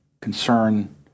concern